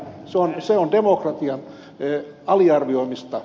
se on demokratian aliarvioimista